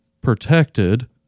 protected